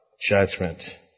judgment